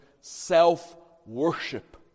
self-worship